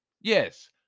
Yes